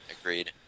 Agreed